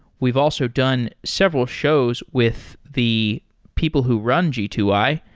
we've also done several shows with the people who run g two i,